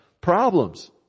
problems